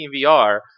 VR